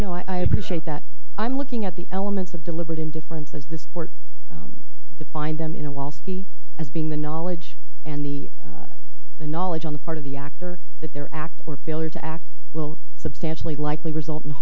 no i appreciate that i'm looking at the elements of deliberate indifference as this court to find them in a while ski as being the knowledge and the the knowledge on the part of the actor that their act or failure to act will substantially likely result